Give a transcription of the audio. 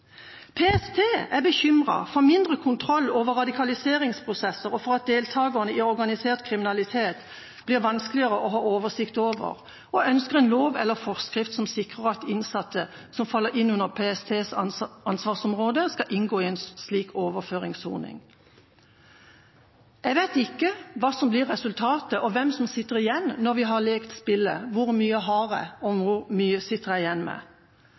PST er bekymret for mindre kontroll over radikaliseringsprosesser og for at deltakere i organisert kriminalitet blir vanskeligere å ha oversikt over, og ønsker en lov eller forskrift som sikrer at innsatte som faller inn under PSTs ansvarsområde, ikke skal inngå i en slik overføringssoning. Jeg vet ikke hva som blir resultatet, og hvem som sitter igjen når vi har lekt spillet «hvor mye har jeg, og hvor mye sitter jeg igjen med?».